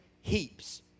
heaps